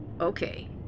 Okay